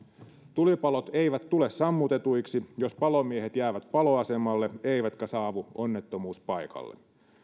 tulipalot eivät tule sammutetuiksi jos palomiehet jäävät paloasemalle eivätkä saavu onnettomuuspaikalle